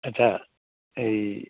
আচ্ছা এই